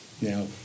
Now